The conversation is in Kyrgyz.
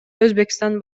өзбекстан